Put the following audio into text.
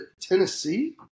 Tennessee